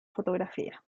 fotografía